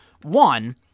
One